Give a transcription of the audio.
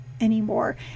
anymore